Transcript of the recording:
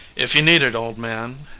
if you need it, old man,